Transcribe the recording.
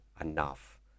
enough